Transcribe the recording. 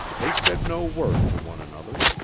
they said no word to one another.